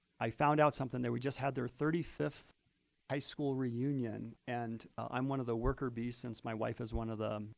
i found out something. they just had their thirty fifth high school reunion. and i'm one of the worker bees, since my wife is one of the